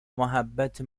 محبت